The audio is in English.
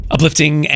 Uplifting